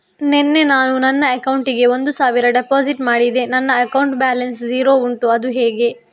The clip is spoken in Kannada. ನಿನ್ನೆ ನಾನು ನನ್ನ ಅಕೌಂಟಿಗೆ ಒಂದು ಸಾವಿರ ಡೆಪೋಸಿಟ್ ಮಾಡಿದೆ ನನ್ನ ಅಕೌಂಟ್ ಬ್ಯಾಲೆನ್ಸ್ ಝೀರೋ ಉಂಟು ಅದು ಹೇಗೆ?